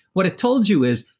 what it told you is,